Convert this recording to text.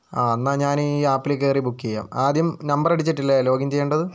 ആ എന്നാൽ ഞാൻ ഈ ആപ്പിൽ കയറി ബുക്ക് ചെയ്യാം ആദ്യം നമ്പറടിച്ചിട്ടല്ലേ ലോഗിൻ ചെയ്യേണ്ടത്